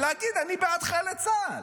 ולהגיד: אני בעד חיילי צה"ל.